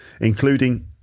including